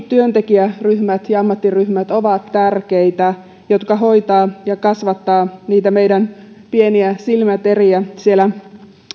työntekijäryhmät ja ammattiryhmät ovat tärkeitä jotka hoitavat ja kasvattavat niitä meidän pieniä silmäteriä siellä